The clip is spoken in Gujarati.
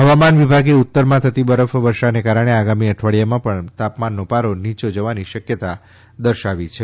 હવામાન વિભાગે ઉત્તરમાં થતી બરફ વર્ષાને કારણે આગામી અઠવાડીયામાં પણ તાપમાનનો પારો નીયો જવાની શક્યતા દર્શાવી છે